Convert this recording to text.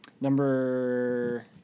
Number